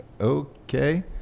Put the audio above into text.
Okay